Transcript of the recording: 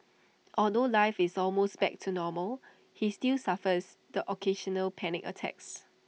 although life is almost back to normal he still suffers the occasional panic attacks